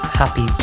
happy